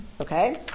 okay